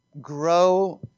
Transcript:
grow